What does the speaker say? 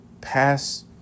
pass